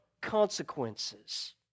consequences